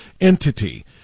entity